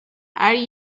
are